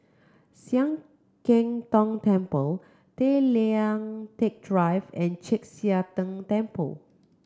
Sian Keng Tong Temple Tay Liang Teck Drive and Chek Sia Tng Temple